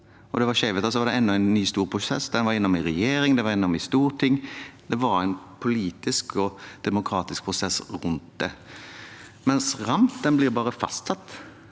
det var skjevheter. Så var det enda en ny, stor prosess, det var innom i regjering, det var innom i storting, det var en politisk og demokratisk prosess rundt det. Men RAM blir bare fastsatt,